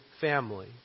family